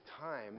time